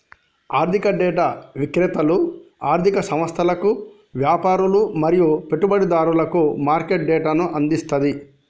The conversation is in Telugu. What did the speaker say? ఆర్థిక డేటా విక్రేతలు ఆర్ధిక సంస్థలకు, వ్యాపారులు మరియు పెట్టుబడిదారులకు మార్కెట్ డేటాను అందిస్తది